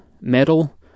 Metal